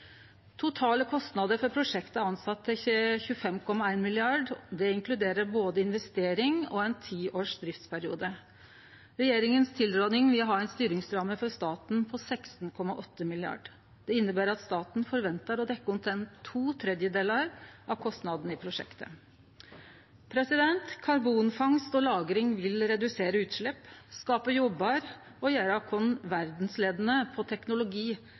Totale kostnader for prosjektet er berekna til å bli 25,1 mrd. kr. Det inkluderer både investering og ein ti års driftsperiode. Regjeringas tilråding vil ha ei styringsramme for staten på 16,8 mrd. kr. Det inneber at staten forventar å dekkje omtrent to tredelar av kostnadene i prosjektet. Karbonfangst og -lagring vil redusere utslepp, skape jobbar, gjere oss verdsleiande innan teknologi og